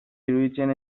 iruditzen